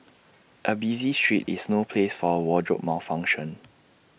A busy street is no place for A wardrobe malfunction